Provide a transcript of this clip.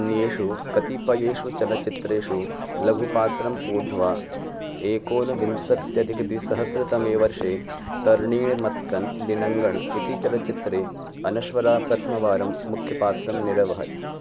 अन्येषु कतिपयेषु चलच्चित्रेषु लघुपात्रम् ऊढ्वा एकोनविंशत्यधिकद्विसहस्रतमे वर्षे तर्णीळमत्तन् दिनङ्गण् इति चलच्चित्रे अनश्वरा प्रथमवारं मुख्यपात्रं निरवहत्